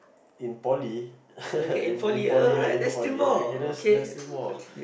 in poly in in poly in poly okay there's there's still more